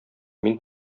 мин